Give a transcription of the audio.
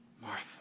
Martha